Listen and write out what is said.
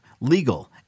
legal